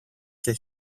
και